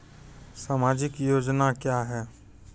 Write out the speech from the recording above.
समाजिक योजना क्या हैं?